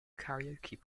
karaoke